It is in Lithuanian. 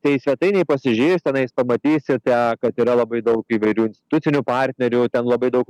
tai svetainėj pasižiūrėjus tenais pamatysite kad yra labai daug įvairių institucinių partnerių ten labai daug